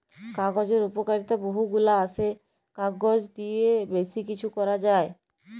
কাগজের উপকারিতা বহু গুলা আসে, কাগজ দিয়ে বেশি কিছু করা যায়